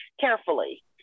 carefully